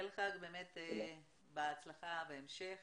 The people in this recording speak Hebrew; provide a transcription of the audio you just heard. בהצלחה בהמשך